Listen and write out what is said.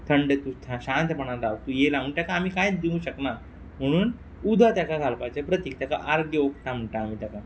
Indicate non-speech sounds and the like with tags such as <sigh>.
थंडीत उरता शांतपणान <unintelligible> तूं येयला म्हूण टेका आमी कांयत दिवंक शकना पुणून उद तेका घालपाचें प्रतीक तेका आर्गे ओंपता म्हणटा आमी तेका